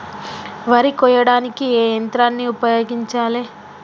వరి కొయ్యడానికి ఏ యంత్రాన్ని ఉపయోగించాలే?